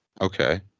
Okay